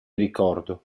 ricordo